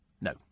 No